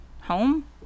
home